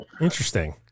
Interesting